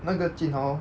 那个 jun hao